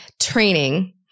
training